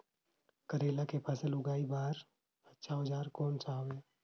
करेला के फसल उगाई बार अच्छा औजार कोन सा हवे?